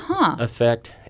effect